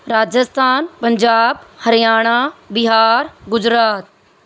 Rajasthan Punjab Haryana Bihar Gujarat